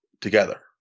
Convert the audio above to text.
together